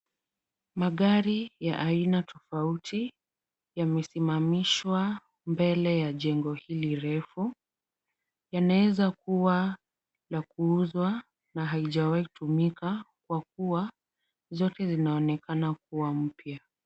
Magari ya aina tofauti yamesimamishwa mbele ya jengo hili refu. Yanaweza kuwa la kuuzwa na haijawai tumika kwa kuwa zote zinaonekana kuwa mpya.